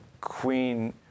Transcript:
queen